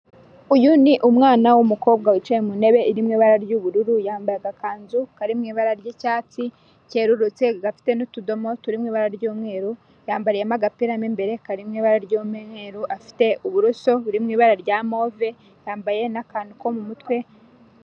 Uyu ni umwana w'umukobwa wicaye mu ntebe iri mo ibara ry'ubururu, yambaye agakanzu kari mu ibara ry'icyatsi kererutse gafite n'utudomo turirimo ibara ry'umweru, yambariyemo agapira mo imbere kari mu ibara ry'umweru, afite uburoso buri mu ibara rya move, yambaye n'akantu ko mu mutwe.